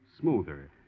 smoother